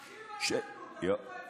אחים אנחנו, אחים אנחנו,